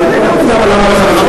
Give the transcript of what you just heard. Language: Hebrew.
למה לך לבכות?